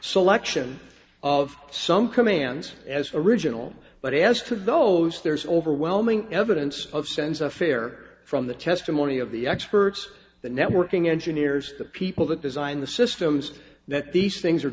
selection of some commands as original but as to those there's overwhelming evidence of sense affair from the testimony of the experts the networking engineers the people that design the systems that these things are